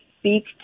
speak